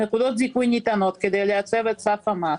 הן ניתנות כדי לייצב את סף המס,